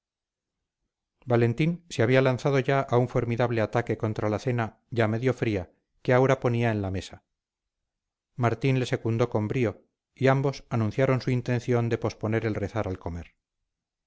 valentín se había lanzado ya a un formidable ataque contra la cena ya medio fría que aura ponía en la mesa martín le secundó con brío y ambos anunciaron su intención de posponer el rezar al comer